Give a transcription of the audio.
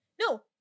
No